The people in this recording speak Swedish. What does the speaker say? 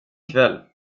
kväll